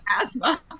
asthma